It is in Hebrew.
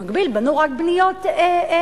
במקביל בנו רק דירות גדולות,